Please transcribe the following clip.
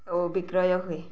ଓ ବିକ୍ରୟ ହୁଏ